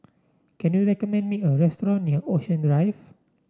can you recommend me a restaurant near Ocean Drive